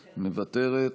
מוותרת,